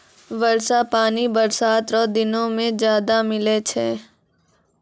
वर्षा पानी बरसात रो दिनो मे ज्यादा मिलै छै